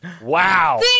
Wow